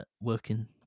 working